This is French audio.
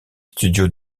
studios